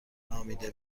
نامیده